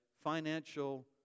financial